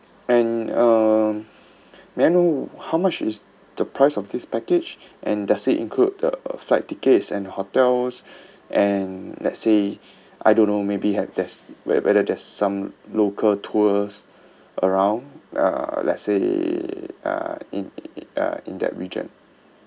and um may I know how much is the price of this package and does it include the flight tickets and hotels and let's say I don't know maybe has that whether there's some local tours around uh let's say uh in uh in that region